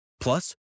Plus